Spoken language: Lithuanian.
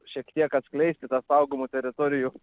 šiek tiek atskleisti tą saugomų teritorijų